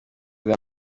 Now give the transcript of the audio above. ubwa